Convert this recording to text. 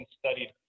studied